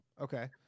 Okay